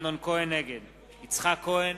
נגד יצחק כהן,